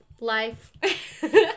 life